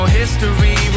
history